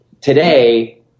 today